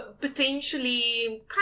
potentially